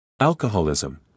Alcoholism